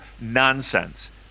nonsense